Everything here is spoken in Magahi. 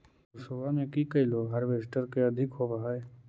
सरसोबा मे की कैलो हारबेसटर की अधिक होब है?